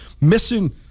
missing –